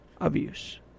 abuse